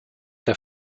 der